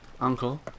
Uncle